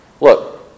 look